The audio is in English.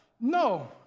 No